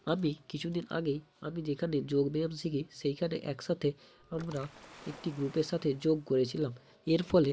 আমি কিছুদিন আগেই আমি যেখানে যোগব্যায়াম শিখি সেইখানে একসাথে আমরা একটি গ্রুপের সাথে যোগ করেছিলাম এর ফলে